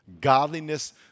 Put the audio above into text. godliness